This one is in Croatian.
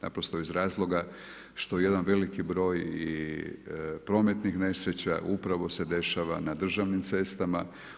Naprosto iz razloga, što jedan veliki broj i prometnih nesreća upravo se dešava na državnim cestama.